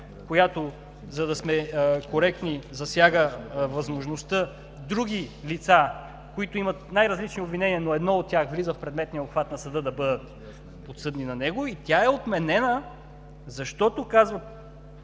която, за да сме коректни, засяга възможността други лица, които имат най-различни обвинения, но едно от тях влиза в предметния обхват на съда – да бъдат подсъдни на него, и тя е отменена, защото казва